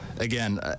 again